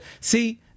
See